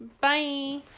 Bye